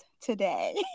today